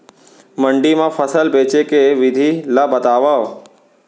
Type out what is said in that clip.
मंडी मा फसल बेचे के विधि ला बतावव?